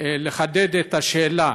לחדד את השאלה,